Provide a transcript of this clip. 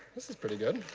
this is pretty good.